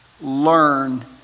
learn